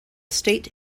state